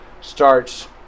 starts